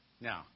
Now